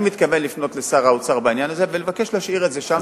אני מתכוון לפנות לשר האוצר בעניין הזה ולבקש להשאיר את זה שם,